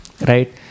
right